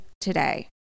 today